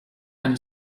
and